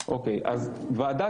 או קנאביס עם